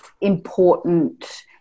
important